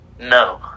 No